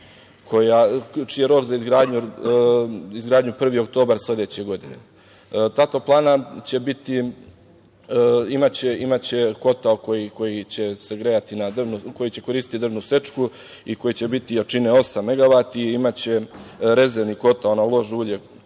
je rok za izgradnju 1. oktobar sledeće godine. Ta toplana će biti, imaće kotao koji će koristiti drvnu sečku i koji će biti jačine osam megavati. Imaće rezervni kotao na lož-ulje